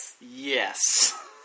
Yes